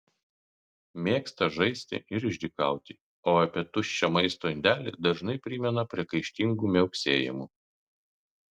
mėgsta žaisti ir išdykauti o apie tuščią maisto indelį dažnai primena priekaištingu miauksėjimu